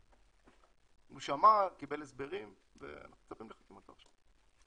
הוא שמע, קיבל הסברים ואנחנו מצפים לחתימתו עכשיו.